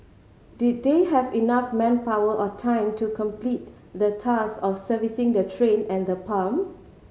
did they have enough manpower or time to complete the task of servicing the train and the pump